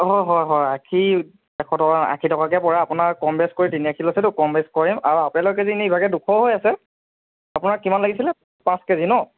অঁ হয় হয় আখি এশ টকা আশী টকাকৈ পৰে আপোনাৰ কম বেছ কৰি তিনি আখি লৈছেতো কম বেছ কৰিম আৰু আপেলৰ কেজি এনেই ইভাগে দুশ হৈ আছে আপোনাক কিমান লাগিছিলে পাঁচ কেজি ন'